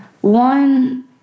One